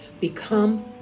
Become